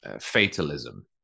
fatalism